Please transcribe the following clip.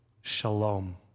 shalom